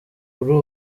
kuri